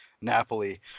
Napoli